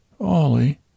Ollie